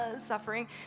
suffering